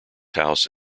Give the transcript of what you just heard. house